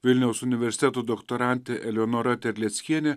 vilniaus universiteto doktorantė eleonora terleckienė